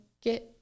get